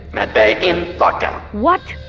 med bay in lock-down what?